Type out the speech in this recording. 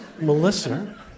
Melissa